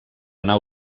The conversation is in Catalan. nau